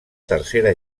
tercera